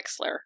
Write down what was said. Wexler